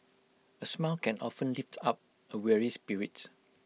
A smile can often lift up A weary spirit